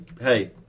hey